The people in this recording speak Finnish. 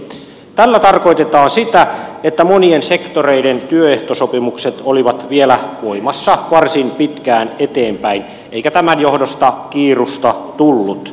tällä tarkoitetaan sitä että monien sektoreiden työehtosopimukset olivat vielä voimassa varsin pitkään eteenpäin eikä tämän johdosta kiirusta tullut